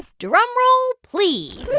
drumroll, please